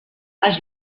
els